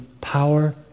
power